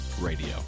radio